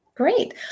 Great